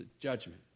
judgment